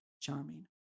charming